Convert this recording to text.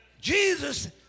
Jesus